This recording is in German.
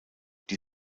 die